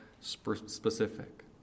specific